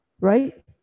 right